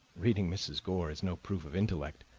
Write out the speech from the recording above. reading mrs. gore is no proof of intellect.